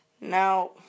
now